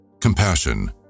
Compassion